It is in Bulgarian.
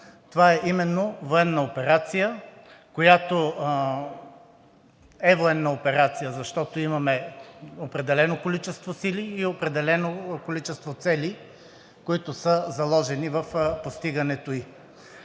която е военна операция, защото имаме определено количество сили и определено количество цели, които са заложени в постигането ѝ.